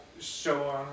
show